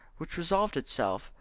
which resolved itself,